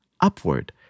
upward